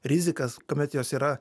rizikas kuomet jos yra